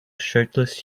shirtless